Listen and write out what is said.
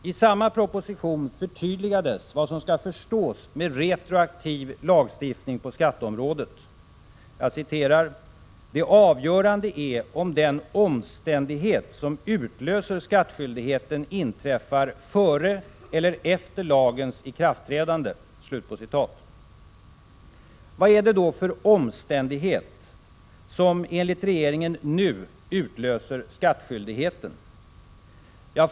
I samma proposition förtydligades vad som skall förstås med retroaktiv lagstiftning på skatteområdet: ”Det avgörande är om den omständighet som utlöser skattskyldigheten inträffar före eller efter lagens ikraftträdande.” Vad är det då för omständighet som enligt regeringen nu utlöser skattskyldigheten?